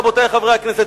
רבותי חברי הכנסת,